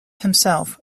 himself